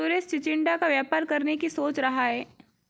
सुरेश चिचिण्डा का व्यापार करने की सोच रहा है